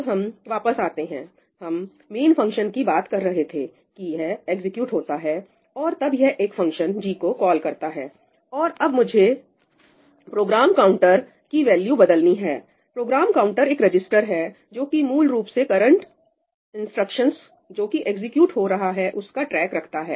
अब हम वापस आते हैं हम main फंक्शन की बात कर रहे थे कि यह एग्जीक्यूट होता है और तब यह एक फंक्शन g को कॉल करता है और अब मुझे प्रोग्राम काउंटर की वैल्यू बदलनी है प्रोग्राम काउंटर एक रजिस्टर है जो कि मूल रूप से करंट इंस्ट्रक्शन जो कि एग्जीक्यूट हो रहा है उसका ट्रैक रखता है